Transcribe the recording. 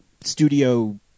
studio